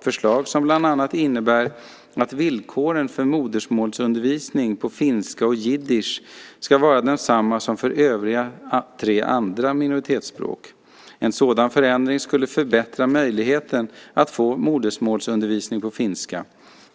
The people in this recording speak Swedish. förslag som bland annat innebär att villkoren för modersmålsundervisning på finska och jiddisch ska vara desamma som för de övriga tre minoritetsspråken. En sådan förändring skulle förbättra möjligheterna att få modersmålsundervisning på finska.